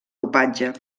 dopatge